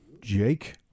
Jake